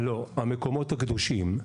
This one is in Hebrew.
לא, המקומות הקדושים.